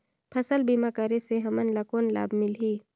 फसल बीमा करे से हमन ला कौन लाभ मिलही?